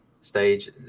stage